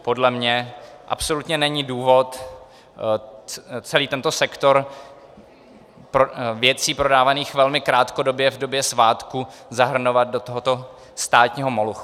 Podle mě absolutně není důvod celý tento sektor věcí prodávaných velmi krátkodobě v době svátku zahrnovat do tohoto státního molochu.